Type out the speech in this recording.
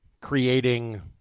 creating